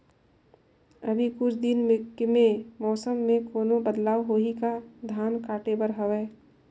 अभी कुछ दिन मे मौसम मे कोनो बदलाव होही का? धान काटे बर हवय?